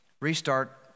restart